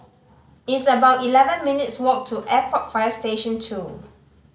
it's about eleven minutes' walk to Airport Fire Station Two